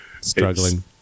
struggling